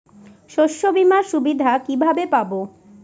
শস্যবিমার সুবিধা কিভাবে পাবো?